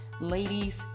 Ladies